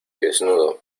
desnudo